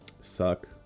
suck